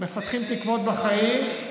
מפתחים תקוות בחיים,